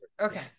okay